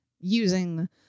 using